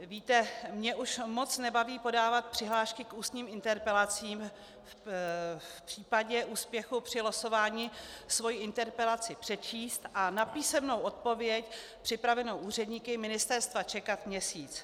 Víte, mě už moc nebaví podávat přihlášky k ústním interpelacím, v případě úspěchu při losování svoji interpelaci přečíst a na písemnou odpověď připravenou úředníky ministerstva čekat měsíc.